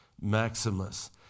maximus